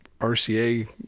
RCA